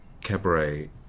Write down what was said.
Cabaret